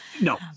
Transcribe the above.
No